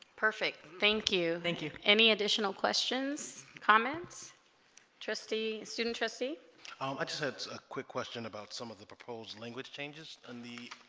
perfect thank you thank you any additional questions comments trustee student trustee oh i just had a quick question about some of the proposed language changes and the